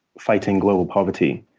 fighting global poverty,